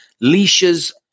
leashes